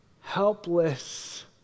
helpless